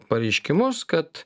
pareiškimus kad